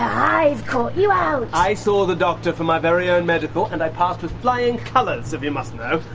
i've caught you out! i saw the doctor for my very own medical and i passed with flying colours, if you must know,